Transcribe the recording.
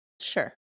Sure